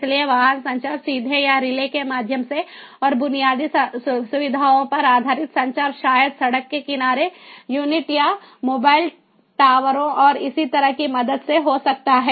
इसलिए वाहन संचार सीधे या रिले के माध्यम से और बुनियादी सुविधाओं पर आधारित संचार शायद सड़क के किनारे यूनिट या मोबाइल टावरों और इसी तरह की मदद से हो सकता है